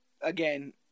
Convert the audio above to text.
again